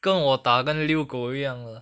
跟我打跟六狗一样 ah